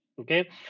okay